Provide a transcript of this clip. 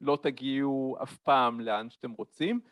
לא תגיעו אף פעם לאן שאתם רוצים